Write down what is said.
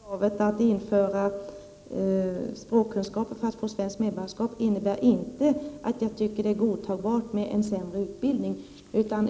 Fru talman! Att jag inte ställde upp på kravet att införa språkkunskaper för svenskt medborgarskap innebar inte att jag godtog en sämre utbildning.